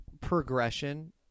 progression